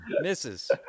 Misses